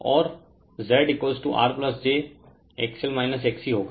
Refer Slide Time 1722 और Z R j XL XC होगा